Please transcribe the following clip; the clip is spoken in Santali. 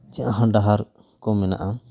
ᱡᱟᱦᱟᱸ ᱰᱟᱦᱟᱨ ᱠᱚ ᱢᱮᱱᱟᱜᱼᱟ